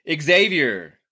Xavier